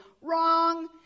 Wrong